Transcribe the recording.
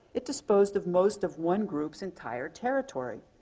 it disposed of most of one group's entire territory.